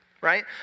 right